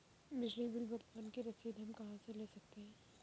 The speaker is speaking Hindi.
बिजली बिल भुगतान की रसीद हम कहां से ले सकते हैं?